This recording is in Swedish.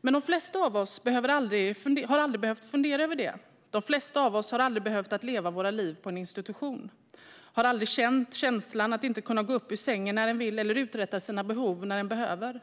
Men de flesta av oss har aldrig behövt fundera över det. De flesta av oss aldrig har behövt leva våra liv på en institution, har aldrig haft känslan att inte kunna gå upp ur sängen när man vill eller uträtta sina behov när man behöver.